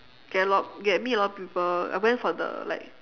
get a lot get to meet a lot of people I went for the like